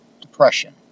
depression